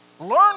Learn